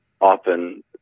often